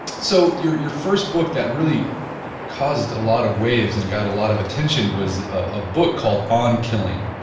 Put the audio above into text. so your your first book that really caused a lot of waves and got a lot of attention was a book called on killing.